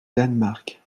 danemark